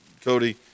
Cody